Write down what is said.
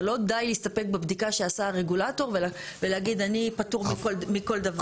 אתה לא די להסתפק בבדיקה שעשה הרגולטור ולהגיד שאני פטור מכל דבר.